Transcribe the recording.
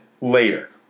later